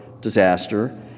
disaster